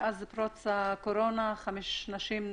מאז פרוץ הקורונה נרצחו חמש נשים.